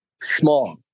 small